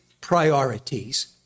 priorities